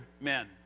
men